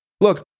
look